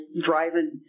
driving